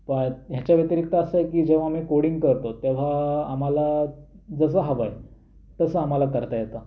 ह्याच्याव्यतिरिक्त असं आहे की जेव्हा मी कोडिंग करतो तेव्हा आम्हाला जसं हवं आहे तसं आम्हाला करता येतं